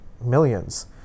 millions